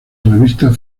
revista